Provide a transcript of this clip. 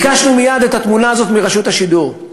ביקשנו מייד את התמונה הזאת מרשות השידור.